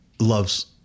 loves